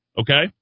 Okay